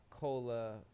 Cola